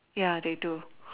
ya they do